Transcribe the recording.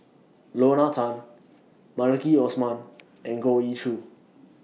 Lorna Tan Maliki Osman and Goh Ee Choo